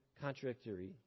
contradictory